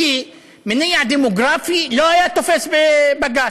כי מניע דמוגרפי לא היה תופס בבג"ץ,